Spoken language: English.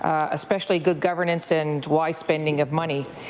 especially good governance and wise spending of money.